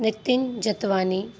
Nitin Jatwani